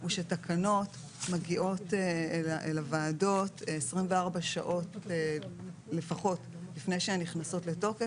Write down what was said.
הוא שתקנות מגיעות אל הוועדות לפחות 24 שעות לפני שהן נכנסות לתוקף